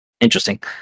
Interesting